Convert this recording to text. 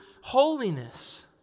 holiness